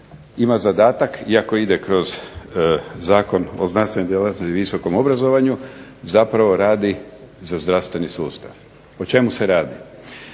ima zadatak, iako ide kroz Zakon o znanstvenoj djelatnosti i visokom obrazovanju, zapravo radi za zdravstveni sustav. O čemu se radi?